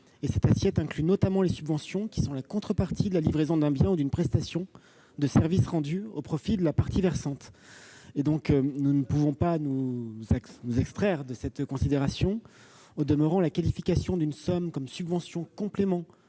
Cette assiette inclut notamment les subventions, qui sont la contrepartie de la livraison d'un bien ou d'une prestation de service rendue au profit de la partie versante. Nous ne pouvons pas faire abstraction de cette considération. Au demeurant, la qualification d'une somme comme subvention complément